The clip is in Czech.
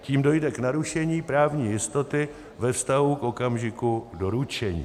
Tím dojde k narušení právní jistoty ve vztahu k okamžiku doručení.